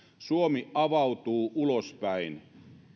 suomi avautuu ulospäin